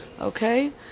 Okay